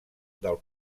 del